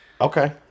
Okay